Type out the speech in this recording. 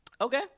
Okay